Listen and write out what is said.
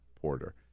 Porter